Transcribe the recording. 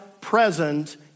present